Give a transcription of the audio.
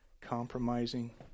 compromising